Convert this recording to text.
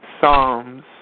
Psalms